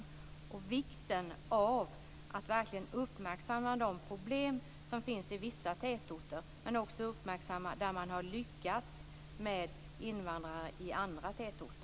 Där läggs också vikt vid att verkligen uppmärksamma de problem som finns i vissa tätorter men också de fall där man har lyckats med invandrare i andra tätorter.